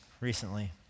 recently